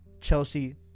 Chelsea